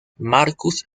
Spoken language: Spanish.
marcus